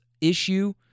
issue